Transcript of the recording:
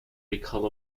recall